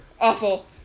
Awful